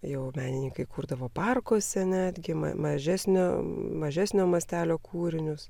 jau menininkai kurdavo parkuose netgi mažesnio mažesnio mastelio kūrinius